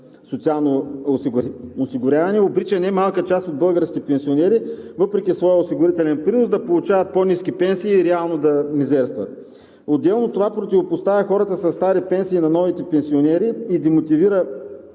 социално осигуряване, обрича немалка част от българските пенсионери, въпреки своя осигурителен принос, да получават по-ниски пенсии и реално да мизерстват. Отделно това противопоставя хората със стари пенсии на новите пенсионери и демотивира